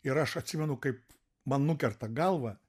ir aš atsimenu kaip man nukerta galvą